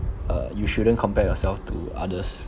uh you shouldn't compare yourself to others